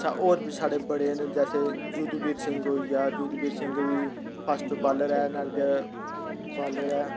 अच्छा होर बी साढ़े बड़े न जैसे युद्धवीर सिंह होई गेआ युद्धवीर सिंह बी फास्ट बॉलर ऐ नार बॉलर ऐ